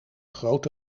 grote